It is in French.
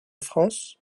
france